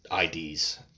IDs